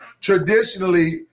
traditionally